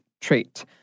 trait